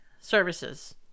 services